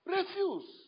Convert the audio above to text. Refuse